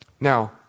Now